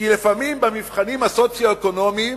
כי לפעמים במבחנים הסוציו-אקונומיים